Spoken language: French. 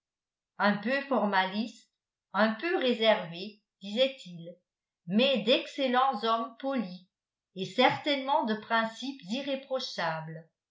un peu formalistes un peu réservés disait il mais d'excellents hommes polis et certainement de principes irréprochables